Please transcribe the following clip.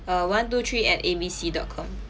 uh one two three at A B C dot com